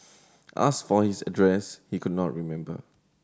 asked for his address he could not remember